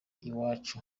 iwacu